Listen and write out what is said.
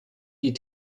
die